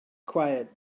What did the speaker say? quiet